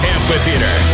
Amphitheater